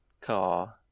car